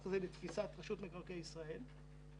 ככה זה לתפיסת רשות מקרקעי ישראל.